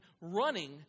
Running